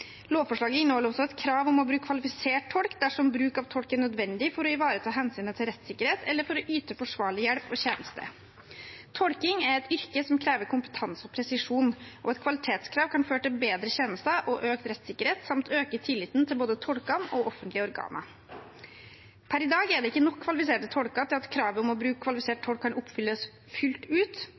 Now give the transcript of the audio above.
Lovforslaget inneholder også et krav om å bruke kvalifisert tolk dersom bruk av tolk er nødvendig for å ivareta hensynet til rettssikkerhet eller for å yte forsvarlig hjelp og tjeneste. Tolkeyrket er et yrke som krever kompetanse og presisjon, og et kvalitetskrav kan føre til bedre tjenester og økt rettssikkerhet samt øke tilliten til både tolkene og offentlige organer. Per i dag er det ikke nok kvalifiserte tolker til at kravet om å bruke kvalifisert tolk kan oppfylles fullt ut.